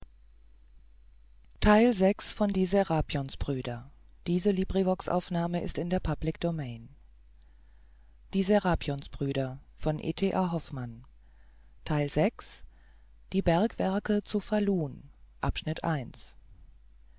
den bergwerken zu falun